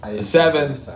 seven